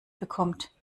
bekommt